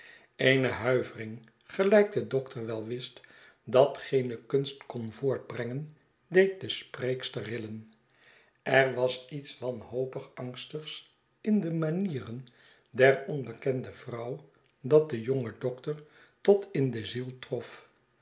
eene huivering gelijk de dokter wel wist dat geene kunst kon voortbrengen deed de spreekster rillen er was iets wanhopig angstigs in de manieren der onbekende vrouw dat den jongen dokter tot in de ziel trof